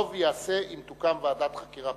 טוב ייעשה אם תוקם ועדת חקירה